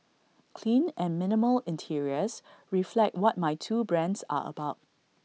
clean and minimal interiors reflect what my two brands are about